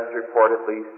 reportedly